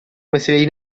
meseleyi